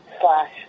slash